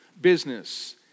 business